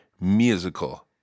musical